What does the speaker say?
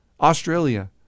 Australia